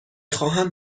خواهم